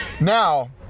Now